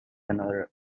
another